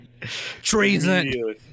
Treason